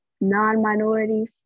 non-minorities